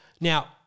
Now